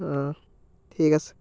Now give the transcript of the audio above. অ' ঠিক আছে